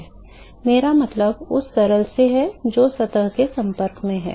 मेरा मतलब उस तरल से है जो सतह के संपर्क में है